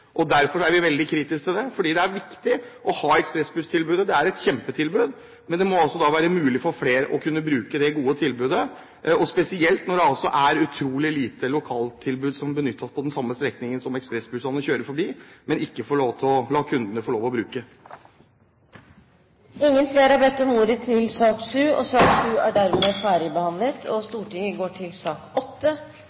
er vi veldig kritiske til. Det er viktig å ha ekspressbusstilbudet, det er et kjempetilbud, men det må være mulig for flere å kunne bruke det gode tilbudet, spesielt når det er utrolig lite lokaltilbud som kan benyttes på den samme strekningen som ekspressbussene kjører – og ikke får lov til å la kundene bruke. Flere har ikke bedt om ordet til sak nr. 7. Etter ønske fra transport- og kommunikasjonskomiteen vil presidenten foreslå at taletiden begrenses til 40 minutter og